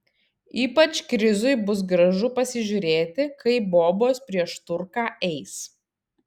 ypač krizui bus gražu pasižiūrėti kaip bobos prieš turką eis